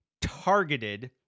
targeted